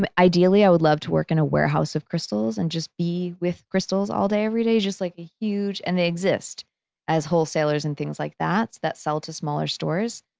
but ideally i would love to work in a warehouse of crystals and just be with crystals all day every day, just like a huge, and they exist as wholesalers and things like that, that sell to smaller stores.